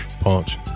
Punch